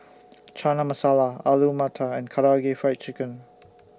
Chana Masala Alu Matar and Karaage Fried Chicken